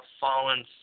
fallen